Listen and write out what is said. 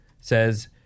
says